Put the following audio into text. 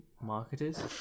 marketers